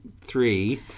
three